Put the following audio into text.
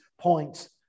points